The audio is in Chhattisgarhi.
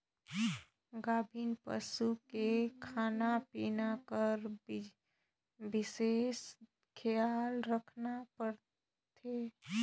गाभिन पसू के खाना पिना कर बिसेस खियाल रखना परथे